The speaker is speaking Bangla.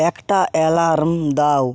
একটা অ্যালার্ম দাও